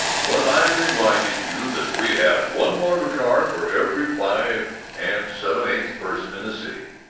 when i remind you that we have one motor car for every five and seven-eighths persons in the city,